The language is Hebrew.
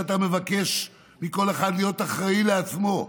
ואתה מבקש מכל אחד להיות אחראי לעצמו.